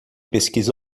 pesquisa